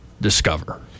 discover